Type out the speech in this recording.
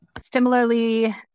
Similarly